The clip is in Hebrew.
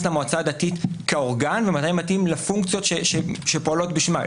למועצה הדתית כאורגן ומתי מתאים לפונקציות שפועלות בשמה.